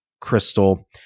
crystal